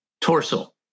torso